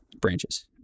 branches